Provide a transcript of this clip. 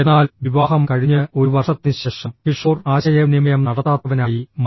എന്നാൽ വിവാഹം കഴിഞ്ഞ് ഒരു വർഷത്തിനുശേഷം കിഷോർ ആശയവിനിമയം നടത്താത്തവനായി മാറി